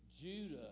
Judah